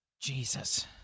Jesus